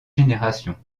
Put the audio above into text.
générations